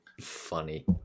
funny